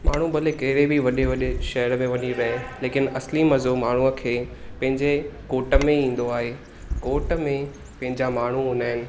माण्हू भले कहिड़े बि वॾे वॾे शहर में वञी रहे लेकिनि असली मज़ो माण्हूअ खे पेंजे कोट में ई ईंदो आहे कोट में पंहिंजा माण्हू हूंदा आहिनि